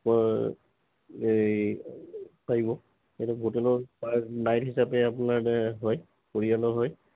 এই পাৰিব হোটেলৰ পাৰ নাইট হিচাপে আপোনাৰ হয় পৰিয়ালৰ হৈ